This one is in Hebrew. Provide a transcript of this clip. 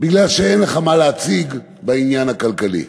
בגלל שאין לך מה להציג בעניין הכלכלי.